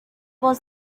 was